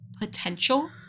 potential